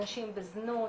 אנשים בזנות.